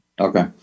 Okay